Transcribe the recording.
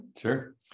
Sure